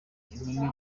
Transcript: inkumi